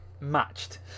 matched